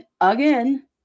again